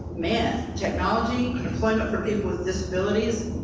man, technology, employment for people with disabilities,